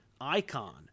icon